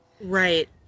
Right